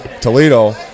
Toledo